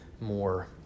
more